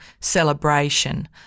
celebration